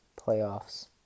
playoffs